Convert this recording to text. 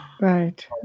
Right